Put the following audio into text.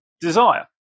desire